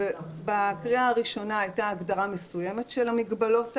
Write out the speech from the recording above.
בקריאה הראשונה הייתה הגדרה מסוימת של המגבלות האלה,